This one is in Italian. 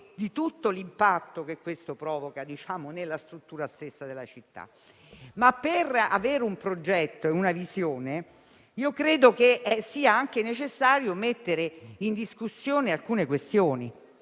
di tutto l'impatto che questo provoca sulla struttura stessa della città. Per avere un progetto e una visione credo sia anche necessario mettere in discussione alcune questioni.